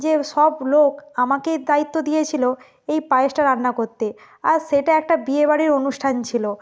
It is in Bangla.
যে সব লোক আমাকেই দায়িত্ব দিয়েছিলো এই পায়েসটা রান্না করতে আর সেটা একটা বিয়েবাড়ির অনুষ্ঠান ছিলো